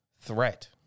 threat